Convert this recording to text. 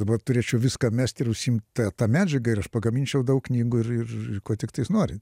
dabar turėčiau viską mest ir užsiimt ta ta medžiaga ir aš pagaminčiau daug knygų ir ir ko tiktais norit